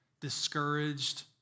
discouraged